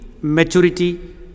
maturity